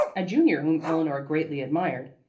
a junior whom eleanor greatly admired.